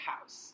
house